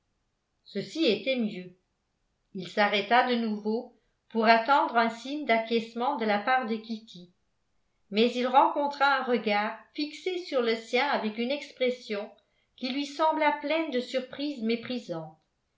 ceci était mieux il s'arrêta de nouveau pour attendre un signe d'acquiescement de la part de kitty mais il rencontra un regard fixé sur le sien avec une expression qui lui sembla pleine de surprise méprisante